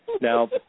Now